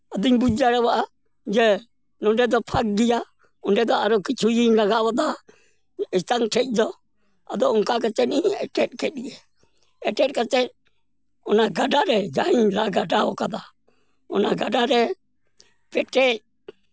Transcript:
ᱡᱩᱫᱤᱧ ᱵᱩᱡᱽ ᱫᱟᱲᱮᱭᱟᱜᱼᱟ ᱱᱚᱸᱰᱮ ᱫᱚ ᱯᱷᱟᱠ ᱜᱮᱭᱟ ᱚᱸᱰᱮᱫᱚ ᱟᱨᱚ ᱠᱤᱪᱷᱩᱧ ᱞᱟᱜᱟᱣ ᱟᱫᱟ ᱮᱛᱟᱝ ᱴᱷᱮᱡ ᱫᱚ ᱟᱫᱚ ᱚᱱᱠᱟ ᱠᱟᱛᱮᱫ ᱤᱧ ᱮᱴᱮᱫ ᱠᱮᱫᱜᱮ ᱮᱴᱮᱫ ᱠᱟᱛᱮᱜ ᱚᱱᱟ ᱜᱟᱰᱟᱨᱮ ᱡᱟᱦᱟᱧ ᱞᱟ ᱜᱟᱰᱟ ᱟᱠᱟᱫᱟ ᱚᱱᱟ ᱜᱟᱰᱟᱨᱮ ᱯᱮᱴᱮᱡ